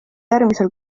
järgmisel